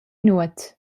nuot